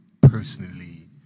personally